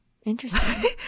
Interesting